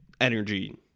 energy